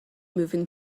moving